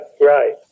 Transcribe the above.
right